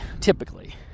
typically